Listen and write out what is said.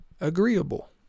agreeable